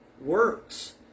works